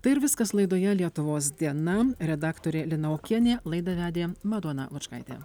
tai ir viskas laidoje lietuvos diena redaktorė lina okienė laidą vedė madona lučkaitė